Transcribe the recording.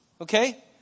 Okay